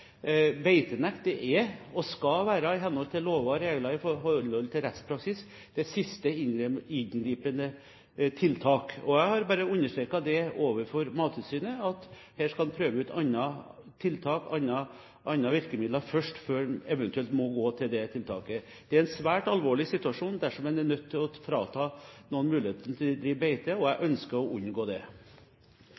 overfor Mattilsynet at her skal en prøve ut andre tiltak, andre virkemidler først, før en eventuelt må gå til det tiltaket. Det er en svært alvorlig situasjon dersom en er nødt til å frata noen muligheten til å drive beite, og jeg